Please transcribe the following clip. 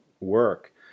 work